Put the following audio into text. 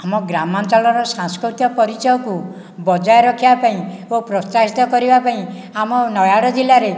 ଆମ ଗ୍ରାମାଞ୍ଚଳର ସାଂସ୍କୃତିକ ପରିଚୟକୁ ବଜାୟ ରଖିବା ପାଇଁ ଓ ପ୍ରୋତ୍ସାହିତ କରିବା ପାଇଁ ଆମ ନୟାଗଡ଼ ଜିଲ୍ଲାରେ